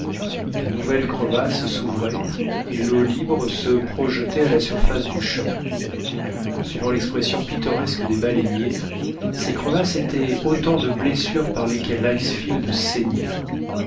de nouvelles crevasses s'ouvraient et l'eau libre se projetait à la surface du champ suivant l'expression pittoresque des baleiniers ces crevasses étaient autant de blessures par lesquelles l'icefield saignait